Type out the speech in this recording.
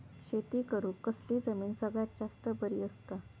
शेती करुक कसली जमीन सगळ्यात जास्त बरी असता?